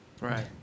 Right